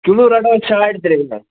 kilo رَٹو ساڑ ترٛےٚ ہتھ